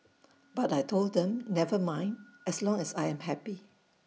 but I Told them never mind as long as I am happy